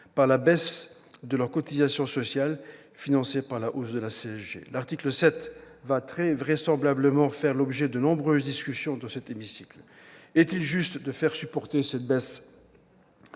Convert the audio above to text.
par la baisse de leurs cotisations sociales, financée par une hausse de la CSG. L'article 7 va très vraisemblablement faire l'objet de nombreuses discussions dans cet hémicycle. Est-il juste de faire supporter cette baisse